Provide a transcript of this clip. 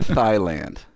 Thailand